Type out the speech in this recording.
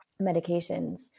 medications